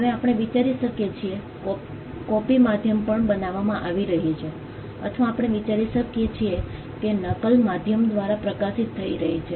હવે આપણે વિચારી શકીએ છીએ કોપિ માધ્યમ પર બનાવવામાં આવી રહી છે અથવા આપણે વિચારી શકીએ છીએ કે નકલ માધ્યમ દ્વારા પ્રસારિત થઈ રહી છે